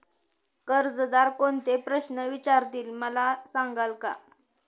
कर्जदार कोणते प्रश्न विचारतील, मला सांगाल का?